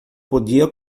podia